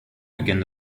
beginn